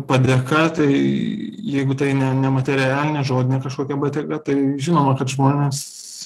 padėka tai jeigu tai ne nematerialinė žodinė kažkokia padėka tai žinoma kad žmonės